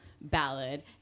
ballad